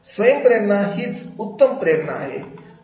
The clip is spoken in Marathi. स्वयंप्रेरणा हीच उत्तम प्रेरणा आहे